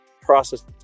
process